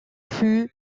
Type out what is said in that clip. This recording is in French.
fut